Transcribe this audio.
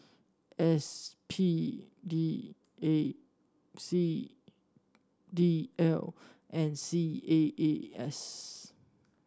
S P D A P D L and C A A S